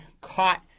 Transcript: caught